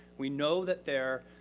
we know that there